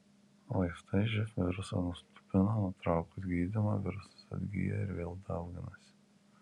vaistai živ virusą nuslopina o nutraukus gydymą virusas atgyja ir vėl dauginasi